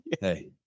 Hey